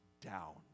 down